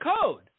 code